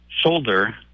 shoulder